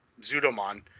Zudomon